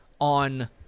on